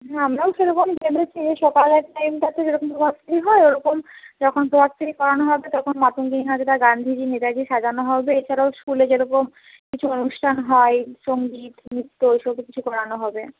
হ্যাঁ আমরাও সেরকম ভেবেছি যে সকালের টাইমটাতে যেরকম হয় ওরকম যখন করানো হবে তখন মাতঙ্গিনী হাজরা গান্ধিজি নেতাজি সাজানো হবে এছাড়াও স্কুলে যেরকম কিছু অনুষ্ঠান হয় সঙ্গীত নৃত্য এই সবই কিছু করানো হবে